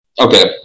Okay